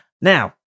now